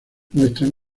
muestran